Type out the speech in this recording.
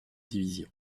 division